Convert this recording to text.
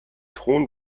thron